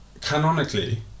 canonically